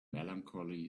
melancholy